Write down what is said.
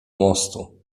mostu